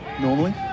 normally